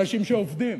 אנשים שעובדים,